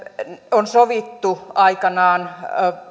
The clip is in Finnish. on sovittu aikanaan